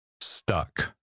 stuck